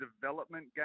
development